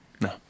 No